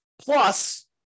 Plus